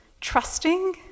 trusting